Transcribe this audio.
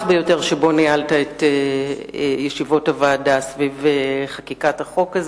ביותר שבו ניהלת את ישיבות הוועדה בעת חקיקת החוק,